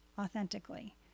authentically